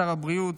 שר הבריאות,